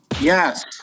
Yes